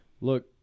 look